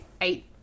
eight